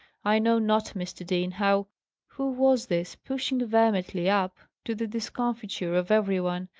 i know not, mr. dean, how who was this, pushing vehemently up, to the discomfiture of every one,